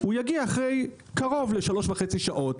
הוא יגיע אחרי קרוב ל-3.5 שעות.